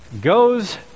Goes